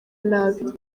nabi